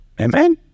Amen